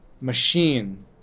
machine